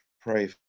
pray